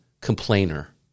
complainer